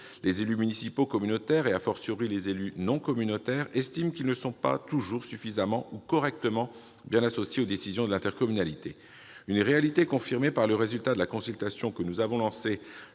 Les élus municipaux communautaires et,, les élus non communautaires, estiment qu'ils ne sont pas toujours suffisamment ou correctement bien associés aux décisions de l'intercommunalité. Cette réalité a été confirmée par les résultats de la consultation que nous avons lancée